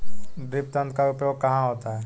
Drip तंत्र का उपयोग कहाँ होता है?